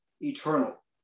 eternal